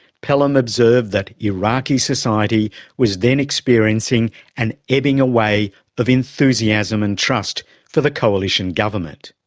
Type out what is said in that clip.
pelham observed that iraqi society was then experiencing an ebbing away of enthusiasm and trust for the coalition government.